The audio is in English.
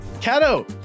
Cato